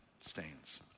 stains